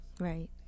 right